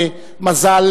מזל,